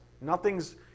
Nothing's